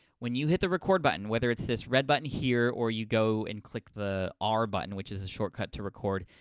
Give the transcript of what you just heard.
when you hit the record button, whether it's this red button here or you go and click the r button, which is the shortcut to record,